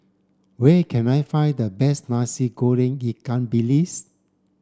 where can I find the best Nasi Goreng Ikan Bilis